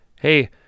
hey